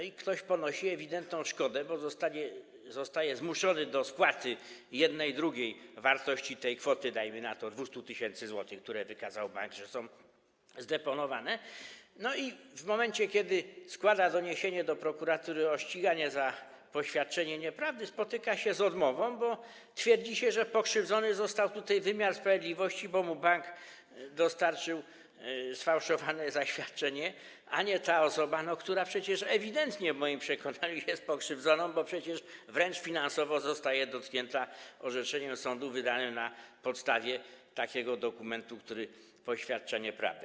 I ktoś ponosi ewidentną szkodę, bo zostaje zmuszony do spłaty 1/2 wartości tej kwoty, dajmy na to 200 tys. zł, które wykazał bank, że są zdeponowane, i w momencie kiedy składa doniesienie do prokuratury w sprawie ścigania za poświadczenie nieprawdy, spotyka się z odmową, bo twierdzi się, że pokrzywdzony został tutaj wymiar sprawiedliwości, bo mu bank dostarczył sfałszowane zaświadczenie, a nie ta osoba, która przecież ewidentnie w moim przekonaniu jest pokrzywdzona, bo przecież wręcz finansowo zostaje dotknięta orzeczeniem sądu wydanym na podstawie dokumentu, który poświadcza nieprawdę.